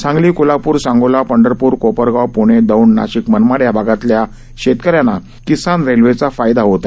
सांगली कोल्हापूर सांगोला पंढरप्र कोपरगाव प्णे दौंड नाशिक मनमाड या भागातील शेतकऱ्यांना किसान रेल्वेचा फायदा होत आहे